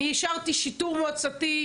אני אישרתי שיטור מועצתי,